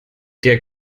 der